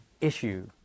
issue